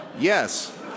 Yes